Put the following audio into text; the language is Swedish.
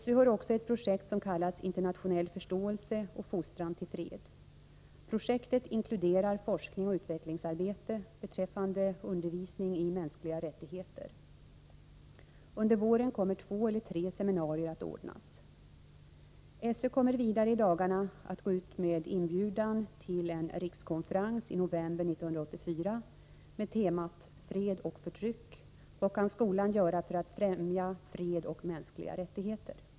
SÖ har också ett projekt som kallas ”Internationell förståelse och fostran till fred”. Projektet inkluderar forskning och utvecklingsarbete beträffande undervisning i mänskliga rättigheter. Under våren kommer två eller tre seminarier att ordnas. SÖ kommer vidare i dagarna att gå ut med inbjudan till en rikskonferens i november 1984 med temat Fred och förtryck — Vad kan skolan göra för att främja fred och mänskliga rättigheter?